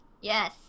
yes